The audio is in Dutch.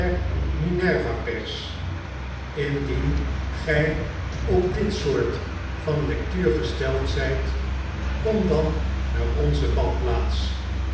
minerva pers indien gy op dit soort van lectuur gesteld zijt kom dan naar onze badplaats